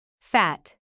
Fat